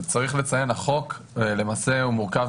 צריך לציין שכידוע החוק למעשה מורכב